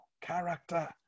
character